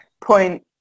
point